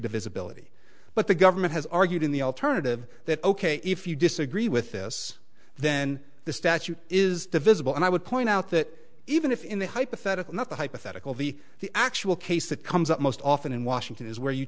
divisibility but the government has argued in the alternative that ok if you disagree with this then the statute is visible and i would point out that even if in the hypothetical not the hypothetical the the actual case that comes up most often in washington is where you